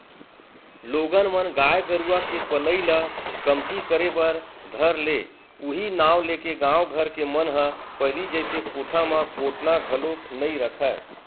लोगन मन गाय गरुवा के पलई ल कमती करे बर धर ले उहीं नांव लेके गाँव घर के मन ह पहिली जइसे कोठा म कोटना घलोक नइ रखय